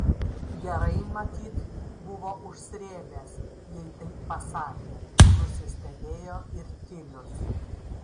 gerai matyt buvo užsrėbęs jei taip pasakė nusistebėjo ir tilius